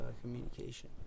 Communication